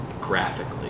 graphically